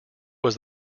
was